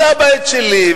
זה הבית שלי,